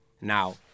Now